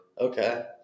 Okay